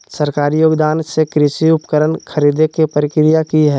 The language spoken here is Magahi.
सरकारी योगदान से कृषि उपकरण खरीदे के प्रक्रिया की हय?